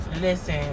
Listen